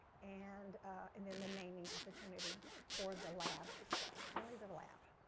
and and then the naming opportunity for the lab itself. only the lab.